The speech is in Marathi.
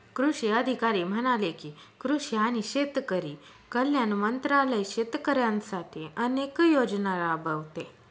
कृषी अधिकारी म्हणाले की, कृषी आणि शेतकरी कल्याण मंत्रालय शेतकऱ्यांसाठी अनेक योजना राबवते